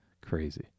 Crazy